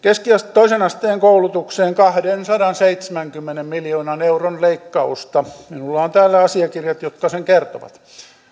toisen asteen koulutukseen kahdensadanseitsemänkymmenen miljoonan euron leikkausta minulla on täällä asiakirjat jotka sen kertovat